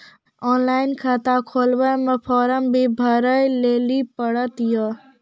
Online खाता खोलवे मे फोर्म भी भरे लेली पड़त यो?